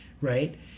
right